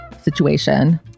situation